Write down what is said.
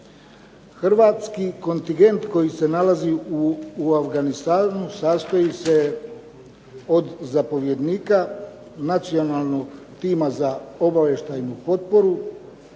Hrvatski kontingent koji se nalazi u Afganistanu sastoji se od zapovjednika Nacionalnog tima za obavještajnu potporu,